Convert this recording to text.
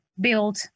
build